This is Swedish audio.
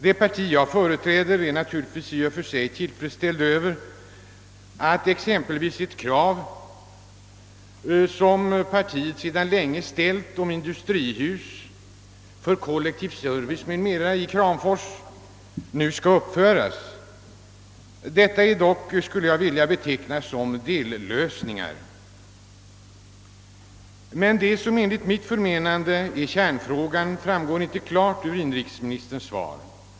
Det parti jag företräder är självfallet tillfredsställt över att exempelvis ett krav som partiet sedan länge ställt om industrihus för kollektiv service m.m. i Kramfors nu kommer att tillmötesgås. Detta är dock vad jag skulle vilja beteckna som en dellösning. Men vad som enligt mitt förmenande är kärnfrågan framgår inte klart av inrikesministerns svar.